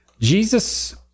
Jesus